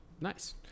nice